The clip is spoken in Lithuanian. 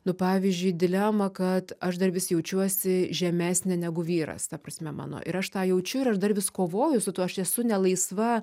nu pavyzdžiui dilemą kad aš dar vis jaučiuosi žemesnė negu vyras ta prasme mano ir aš tą jaučiu ir aš dar vis kovoju su tuo aš esu nelaisva